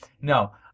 No